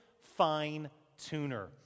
fine-tuner